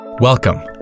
Welcome